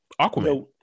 Aquaman